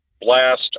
blast